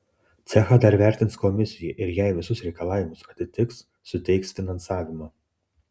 cechą dar vertins komisija ir jei visus reikalavimus atitiks suteiks finansavimą